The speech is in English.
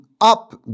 up